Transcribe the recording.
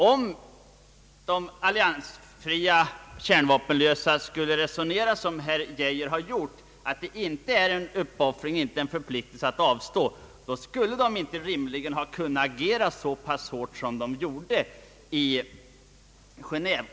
Om de alliansfria kärnvapenlösa skulle resonera som herr Geijer har gjort att det inte är en uppoffring eller en förpliktelse att avstå, så skulle de rimligen inte kunnat agera så pass hårt som de gjorde i Geneve.